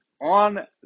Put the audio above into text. on